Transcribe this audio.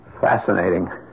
Fascinating